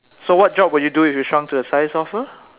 so what job would you do if you shrunk to the size of a